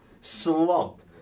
Slumped